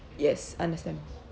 yes understand